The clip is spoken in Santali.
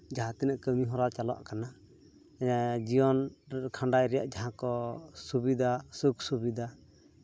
ᱡᱟᱦᱟᱸ ᱛᱤᱱᱟᱹᱜ ᱠᱟᱹᱢᱤᱦᱚᱨᱟ ᱪᱟᱞᱟᱜ ᱠᱟᱱᱟ ᱡᱤᱭᱚᱱ ᱠᱷᱟᱱᱰᱟᱣ ᱨᱮᱭᱟᱜ ᱡᱟᱦᱟᱸ ᱠᱚ ᱥᱩᱵᱤᱫᱷᱟ ᱥᱩᱠᱷ ᱥᱩᱵᱤᱫᱷᱟ